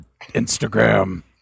Instagram